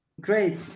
Great